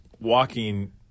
walking